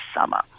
summer